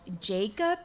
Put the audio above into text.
Jacob